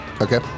Okay